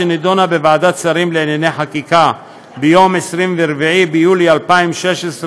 שנדונה בוועדת שרים לענייני חקיקה ביום 24 ביולי 2016,